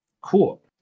Cool